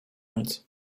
nic